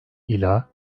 ila